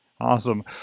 awesome